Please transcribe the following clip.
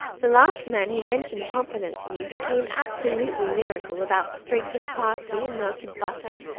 the last man who mentioned pompano to me became absolutely lyrical about sprigs of parsley and melted butter.